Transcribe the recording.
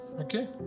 okay